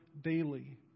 daily